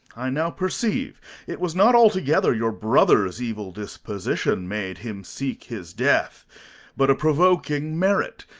i now perceive it was not altogether your brother's evil disposition made him seek his death but a provoking merit,